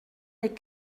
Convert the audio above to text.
les